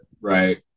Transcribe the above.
Right